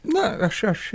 na aš aš